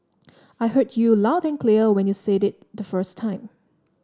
I heard you loud and clear when you said it the first time